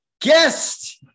guest